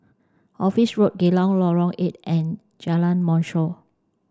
Office Road Geylang Lorong eight and Jalan Mashhor